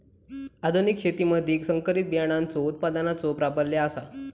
आधुनिक शेतीमधि संकरित बियाणांचो उत्पादनाचो प्राबल्य आसा